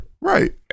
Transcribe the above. Right